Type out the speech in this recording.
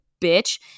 bitch